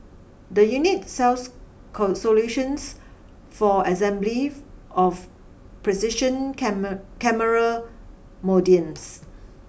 the unit sells solutions for assembly of precision camera modules